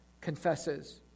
confesses